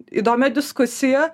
įdomią diskusiją